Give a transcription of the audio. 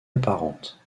apparente